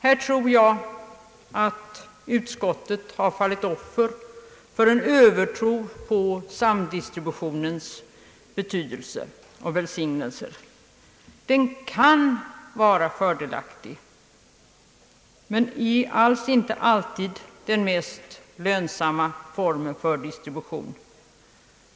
Här tror jag att utskottet har fallit offer för en övertro på samdistributionens betydelse och välsingelser. Samdistributionen kan vara fördelaktig, men den är inte alltid den mest lönsamma formen för distribution.